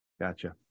Gotcha